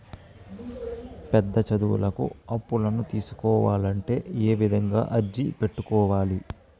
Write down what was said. పెద్ద చదువులకు అప్పులను తీసుకోవాలంటే ఏ విధంగా అర్జీ పెట్టుకోవాలి?